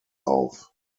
auf